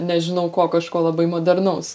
nežinau ko kažko labai modernaus